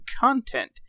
content